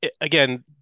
again